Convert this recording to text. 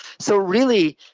so really,